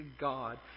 God